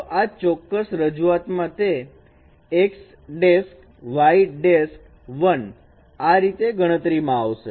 તો આ ચોક્કસ રજૂઆતમાં તે આ રીતે ગણતરી માં આવશે